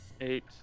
Eight